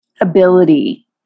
ability